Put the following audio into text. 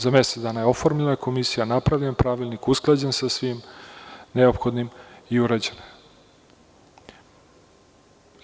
Za mesec dana je oformljena komisija, napravljen pravilnik, usklađen sa svim neophodnim i urađeno je.